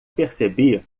percebi